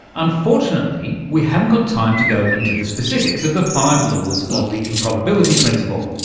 unfortunately we haven't got time to go into the specifics of the five laws of the improbability principle.